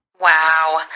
Wow